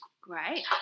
Great